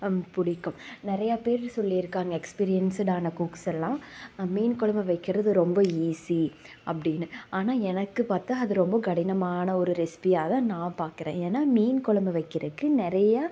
பிடிக்கும் நிறையா பேர் சொல்லியிருக்காங்க எக்ஸ்பீரியன்ஸுடான குக்ஸ் எல்லாம் மீன் குழம்பு வைக்கிறது ரொம்ப ஈஸி அப்படின்னு ஆனால் எனக்கு பார்த்தா அது ரொம்ப கடினமான ஒரு ரெசிபியாக தான் நான் பார்க்கறேன் ஏன்னா மீன் குழம்பு வைக்கிறக்கு நிறையா